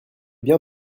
bien